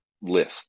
list